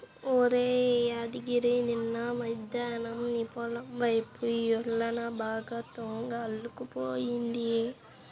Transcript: ఒరేయ్ యాదగిరి నిన్న మద్దేన్నం నీ పొలం వైపు యెల్లాను బాగా తుంగ అల్లుకుపోయింది